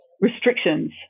restrictions